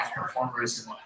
performers